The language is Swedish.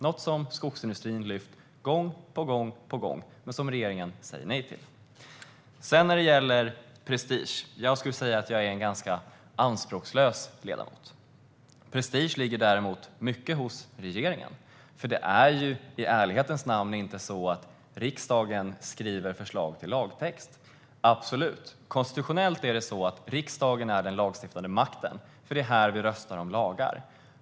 Det här har skogsindustrin lyft upp gång på gång, men regeringen säger nej. När det gäller prestige skulle jag säga att jag är en ganska anspråkslös ledamot. Däremot finns mycket prestige hos regeringen, för i ärlighetens namn är det inte så att riksdagen skriver förslag till lagtext. Konstitutionellt är riksdagen den lagstiftande makten - absolut - för det är här vi röstar om lagar.